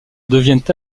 deviennent